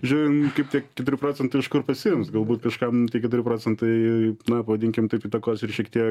žiūrint kaip tie keturi procentai iš kažkur pasiims galbūt kažkam keturi procentai na pavadinkim taip įtakos ir šiek tiek